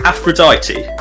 Aphrodite